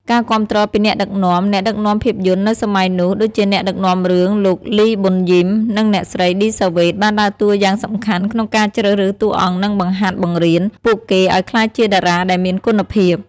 ការគាំទ្រពីអ្នកដឹកនាំ អ្នកដឹកនាំភាពយន្តនៅសម័យនោះ ដូចជាអ្នកដឹកនាំរឿង លោក លី ប៊ុនយីម និង អ្នកស្រី ឌី សាវ៉េត បានដើរតួយ៉ាងសំខាន់ក្នុងការជ្រើសរើសតួអង្គនិងបង្ហាត់បង្រៀនពួកគេឱ្យក្លាយជាតារាដែលមានគុណភាព។